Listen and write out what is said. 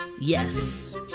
Yes